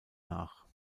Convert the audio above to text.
nach